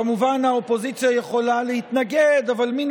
כמובן האופוזיציה יכולה להתנגד אבל מן